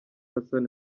hassan